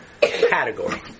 category